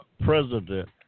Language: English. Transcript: president